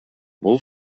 бул